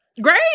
Great